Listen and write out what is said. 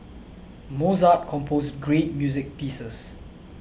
Mozart composed great music pieces